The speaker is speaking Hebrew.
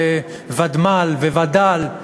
בוודמ"ל ווד"ל,